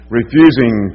refusing